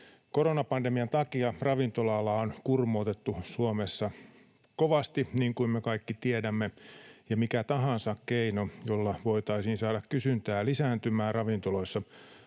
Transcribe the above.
Koronapandemian takia ravintola-alaa on kurmootettu Suomessa kovasti, niin kuin me kaikki tiedämme, ja mikä tahansa keino, jolla voitaisiin saada kysyntä lisääntymään ravintoloissa,